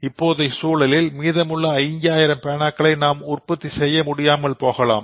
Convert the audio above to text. இப்போதைய சூழலில் மீதமுள்ள 5000 பேனாக்களை நாம் உற்பத்தி செய்ய முடியாமல் போகலாம்